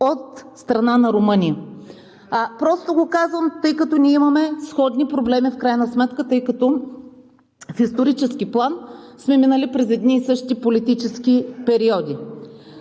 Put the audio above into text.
от страна на Румъния. Просто го казвам, тъй като ние имаме сходни проблеми в крайна сметка, тъй като в исторически план сме минали през едни и същи политически периоди.